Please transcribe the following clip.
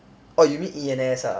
orh you mean E_N_S ah